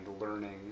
learning